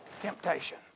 temptation